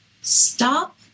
stop